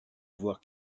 voir